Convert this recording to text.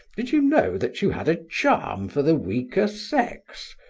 did you know that you had a charm for the weaker sex?